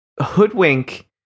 hoodwink